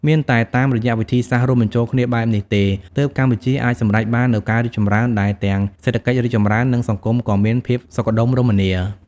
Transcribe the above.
មានតែតាមរយៈវិធីសាស្រ្តរួមបញ្ចូលគ្នាបែបនេះទេ ទើបកម្ពុជាអាចសម្រេចបាននូវការរីកចម្រើនដែលទាំងសេដ្ឋកិច្ចរីកចម្រើន និងសង្គមក៏មានភាពសុខដុមរមនា។